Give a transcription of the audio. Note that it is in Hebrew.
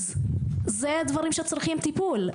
אז אלו דברים שצריכים טיפול,